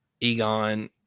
Egon